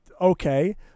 Okay